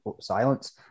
Silence